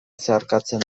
zeharkatzen